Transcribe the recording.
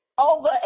over